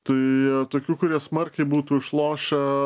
tai tokių kurie smarkiai būtų išlošę